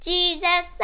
Jesus